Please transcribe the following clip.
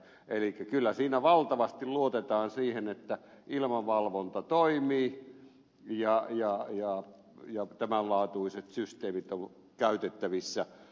elikkä kyllä siinä valtavasti luotetaan siihen että ilmavalvonta toimii ja tämänlaatuiset systeemit ovat käytettävissä